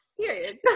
period